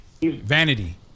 Vanity